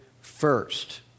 first